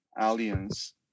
Aliens